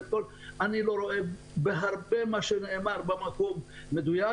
אני לא רואה שמה שנאמר מדויק.